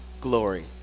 glory